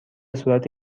صورت